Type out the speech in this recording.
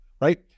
Right